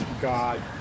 God